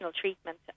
treatment